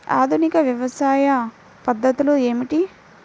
ఆధునిక వ్యవసాయ పద్ధతులు ఏమిటి?